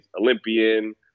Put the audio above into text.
Olympian